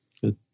Good